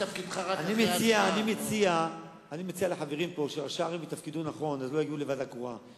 אני מציע לחברים פה שראשי ערים יתפקדו נכון ואז לא יגיעו לוועדה קרואה.